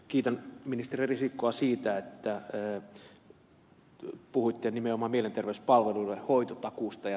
kiitän ministeri risikkoa siitä että puhuitte nimenomaan mielenterveyspalveluiden hoitotakuusta